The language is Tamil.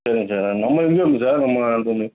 சரிங்க சார் நம்ம எந்த ஊருங்க சார் நம்ம அந்த